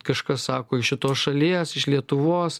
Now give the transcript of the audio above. kažkas sako iš šitos šalies iš lietuvos